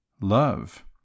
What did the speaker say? love